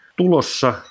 tulossa